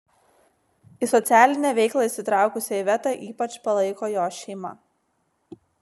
į socialinę veiklą įsitraukusią ivetą ypač palaiko jos šeima